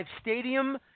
Stadium